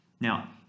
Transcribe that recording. Now